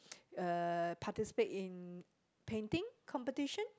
uh participate in painting competition